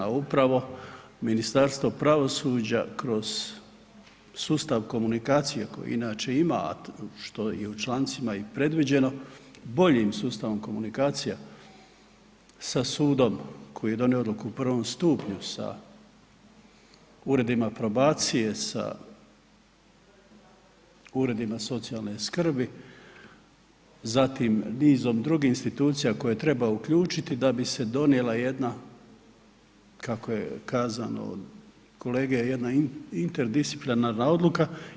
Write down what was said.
A upravo Ministarstvo pravosuđa kroz sustav komunikacije koji inače ima, a što je u člancima i predviđeno, boljim sustavom komunikacija sa sudom koji je donio odluku u prvom stupnju sa uredima probacije, sa uredima socijalne skrbi, zatim nizom drugih institucija koje treba uključiti da bi se donijela jedna, kako je kazano od kolege, jedna interdisciplinarna odluka.